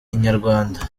inyarwanda